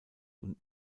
und